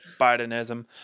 Bidenism